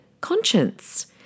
conscience